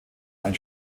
ein